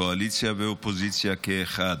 קואליציה ואופוזיציה כאחד,